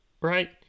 right